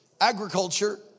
agriculture